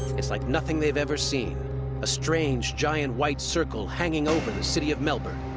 it's like nothing they've ever seen a strange, giant white circle hanging over the city of melbourne.